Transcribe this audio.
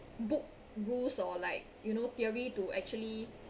book rules or like you know theory to actually